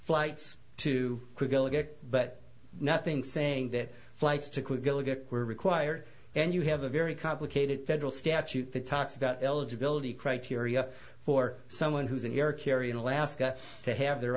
flights to get but nothing saying that flights to get were required and you have a very complicated federal statute that talks about eligibility criteria for someone who's in your carry in alaska to have their